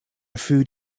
food